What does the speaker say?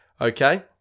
Okay